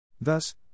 Thus